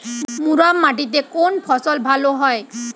মুরাম মাটিতে কোন ফসল ভালো হয়?